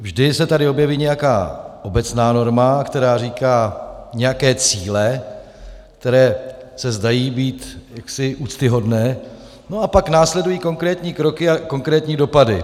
Vždy se tady objeví nějaká obecná norma, která říká nějaké cíle, které se zdají být úctyhodné, a pak následují konkrétní kroky a konkrétní dopady.